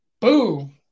Boo